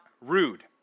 rude